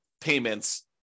payments